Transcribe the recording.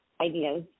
ideas